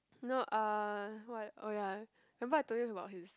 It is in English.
no uh what oh ya remember I told you about his